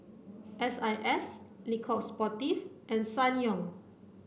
S I S Le Coq Sportif and Ssangyong